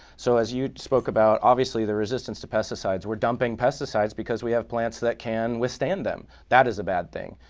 so as you spoke about, obviously the resistance to pesticides. we're dumping pesticides because we have plants that can withstand them. that is a bad thing.